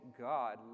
God